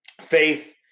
faith